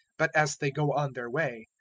but as they go on their way,